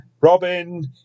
Robin